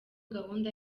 gahunda